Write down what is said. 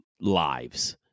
lives